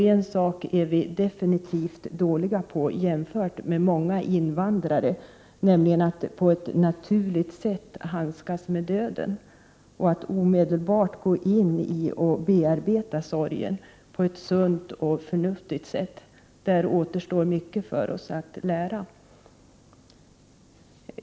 En sak är vi definitivt dåliga på jämfört med många invandrare, nämligen när det gäller att på ett naturligt sätt handskas med döden och att omedelbart gå in i och bearbeta sorgen på ett sunt och förnuftigt sätt. I det avseendet återstår mycket för oss att lära.